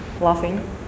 laughing